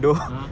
!huh!